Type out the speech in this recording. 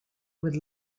with